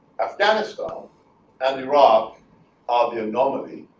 afghanistan and iraq are the anomaly.